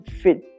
fit